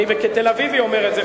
אני כתל-אביבי אומר את זה,